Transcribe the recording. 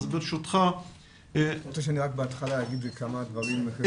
תרצה שבהתחלה אני אגיד כמה דברים?